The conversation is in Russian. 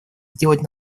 сделать